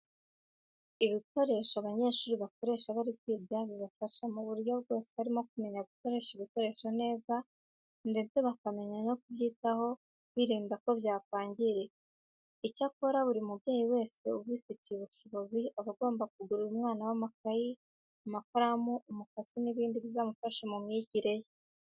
Ibikoresho abanyeshuri bakoresha bari kwiga bibafasha mu buryo bwose harimo kumenya gukoresha ibikoresho neza ndetse bakamenya no kubyitaho birinda ko byakwangirika. Icyakora buri mubyeyi wese ubifitiye ubushobozi aba agomba kugurira umwana we amakayi, amakaramu, umukasi n'ibindi bizamufasha mu myigire ye.